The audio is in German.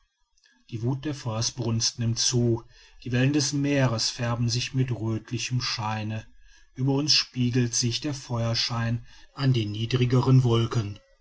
die wuth der feuersbrunst nimmt zu die wellen des meeres färben sich mit röthlichem scheine ueber uns spiegelt sich der feuerschein an den niedrigeren wolken